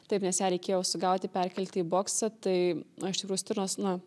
taip nes ją reikėjo sugauti perkelti į boksą tai iš tikrųjų stirnos na